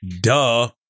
Duh